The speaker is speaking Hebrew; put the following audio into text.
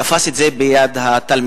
תפס את זה ביד התלמידה,